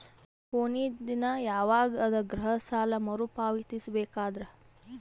ಕೊನಿ ದಿನ ಯವಾಗ ಅದ ಗೃಹ ಸಾಲ ಮರು ಪಾವತಿಸಬೇಕಾದರ?